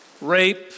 Rape